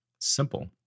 Simple